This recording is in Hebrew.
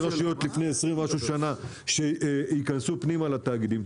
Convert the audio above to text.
רשויות לפני עשרים ומשהו שנה שיכנסו פנימה לתאגידים,